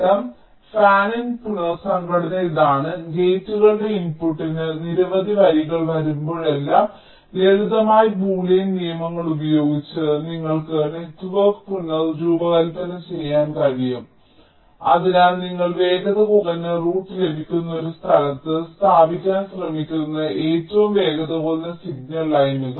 അതിനാൽ ഫാനിൻ പുനസംഘടന ഇതാണ് ഗേറ്റുകളുടെ ഇൻപുട്ടിന് നിരവധി വരികൾ വരുമ്പോഴെല്ലാം ലളിതമായി ബൂലിയൻ നിയമങ്ങൾ ഉപയോഗിച്ച് നിങ്ങൾക്ക് നെറ്റ്വർക്ക് പുനർരൂപകൽപ്പന ചെയ്യാൻ കഴിയും അതിനാൽ നിങ്ങൾ വേഗത കുറഞ്ഞ റൂട്ട് ലഭിക്കുന്ന ഒരു സ്ഥലത്ത് സ്ഥാപിക്കാൻ ശ്രമിക്കുന്ന ഏറ്റവും വേഗത കുറഞ്ഞ സിഗ്നൽ ലൈനുകൾ